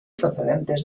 procedentes